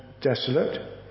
desolate